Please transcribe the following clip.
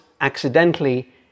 accidentally